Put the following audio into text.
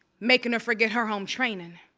makin' her forget her home trainin'.